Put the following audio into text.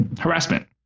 harassment